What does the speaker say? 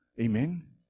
Amen